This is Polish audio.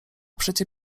przecie